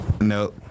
no